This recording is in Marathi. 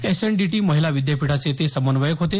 एस एन डी टी महिला विद्यापीठाचे ते समन्वयक होते